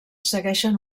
segueixen